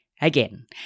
Again